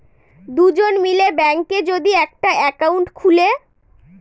দুজন মিলে ব্যাঙ্কে যদি একটা একাউন্ট খুলে